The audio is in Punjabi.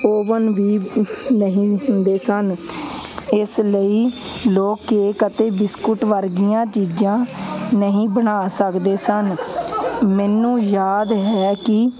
ਓਵਨ ਵੀ ਨਹੀਂ ਹੁੰਦੇ ਸਨ ਇਸ ਲਈ ਲੋਕ ਕੇਕ ਅਤੇ ਬਿਸਕੁਟ ਵਰਗੀਆਂ ਚੀਜ਼ਾਂ ਨਹੀਂ ਬਣਾ ਸਕਦੇ ਸਨ ਮੈਨੂੰ ਯਾਦ ਹੈ ਕਿ